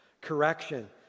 correction